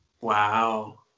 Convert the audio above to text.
wow